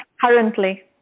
currently